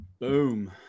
Boom